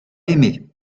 aimé